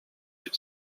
się